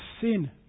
sin